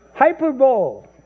Hyperbole